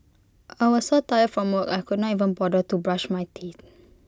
I was so tired from work I could not even bother to brush my teeth